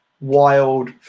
wild